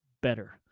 better